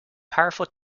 powerful